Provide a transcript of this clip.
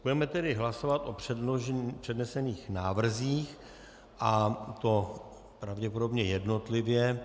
Budeme tedy hlasovat o přednesených návrzích, a to pravděpodobně jednotlivě.